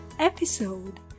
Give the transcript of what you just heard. episode